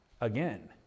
again